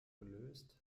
gelöst